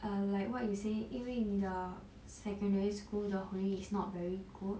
err like what you say 因为你的 secondary school 的回忆 is not very good